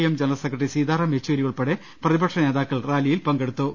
M general secretary Sitaram Yechury ഉൾപ്പെടെ പ്രതിപക്ഷ നേതാക്കൾ റാലിയിൽ പങ്കെടുത്തു